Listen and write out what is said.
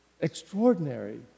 Extraordinary